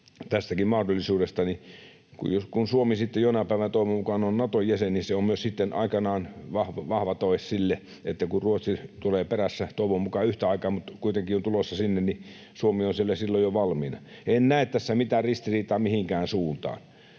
tästäkin mahdollisuudesta, niin kun Suomi sitten jonain päivänä toivon mukaan on Nato-jäsen, niin se on sitten aikanaan vahva tae myös sille, että kun Ruotsi tulee perässä — toivon mukaan yhtä aikaa, mutta kuitenkin on tulossa sinne — niin Suomi on siellä silloin jo valmiina. En näe tässä mitään ristiriitaa mihinkään suuntaan.